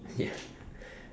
ya